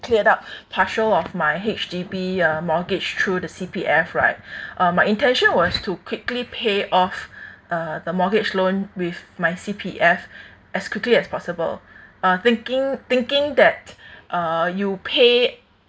cleared up partial of my H_D_B uh mortgage through the C_P_F right uh my intention was to quickly pay off uh the mortgage loan with my C_P_F as quickly as possible uh thinking thinking that uh you pay